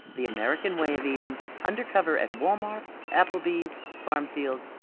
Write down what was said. the american way of eating undercover at walmart, applebee's, farm fields,